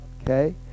Okay